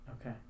Okay